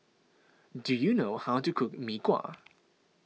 do you know how to cook Mee Kuah